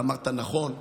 ואמרת נכון,